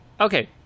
Okay